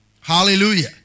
Hallelujah